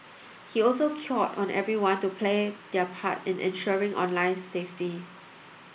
he also cured on everyone to play their part in ensuring online safety